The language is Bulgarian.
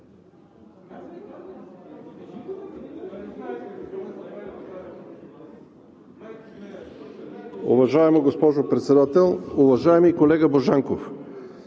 уважаема госпожо Председател. Уважаеми колега Божанков,